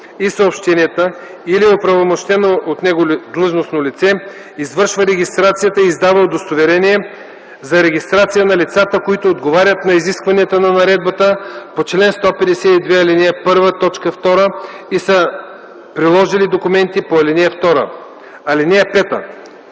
и съобщенията или оправомощено от него длъжностно лице извършва регистрацията и издава удостоверение за регистрация на лицата, които отговарят на изискванията на наредбата по чл. 152, ал. 1, т. 2 и са приложили документите по ал. 2.